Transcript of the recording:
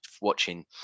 watching